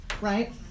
right